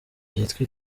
byitwa